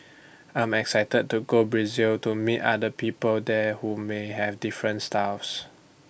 I'm excited to go Brazil to meet other people there who may have different styles